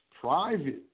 private